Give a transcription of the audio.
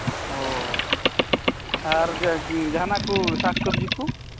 ᱳ ᱟᱨ ᱡᱟᱦᱟᱱᱟᱜ ᱠᱩ ᱥᱟᱠ ᱥᱚᱵᱡᱤ ᱠᱩ